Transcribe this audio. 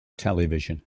television